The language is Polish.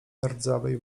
rdzawej